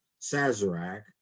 Sazerac